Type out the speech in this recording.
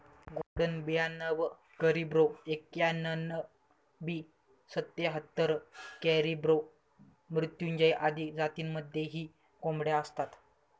golden ब्याणव Caribro एक्याण्णण, B सत्याहत्तर, कॅरिब्रो मृत्युंजय आदी जातींमध्येही कोंबड्या असतात